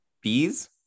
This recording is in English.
bees